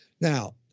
Now